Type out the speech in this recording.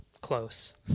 close